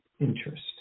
interest